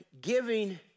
giving